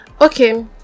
Okay